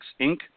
Inc